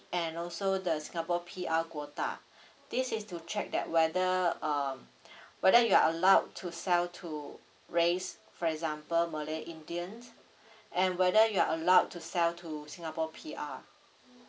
and also the singapore P_R quota this is to check that whether um whether you are allowed to sell to race for example malay indian and whether you are allowed to sell to singapore P_R